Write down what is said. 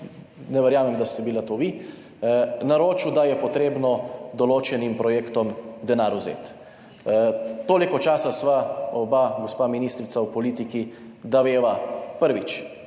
ne verjamem, da ste bili to vi, naročil, da je treba določenim projektom vzeti denar. Toliko časa sva oba, gospa ministrica, v politiki, da veva, prvič,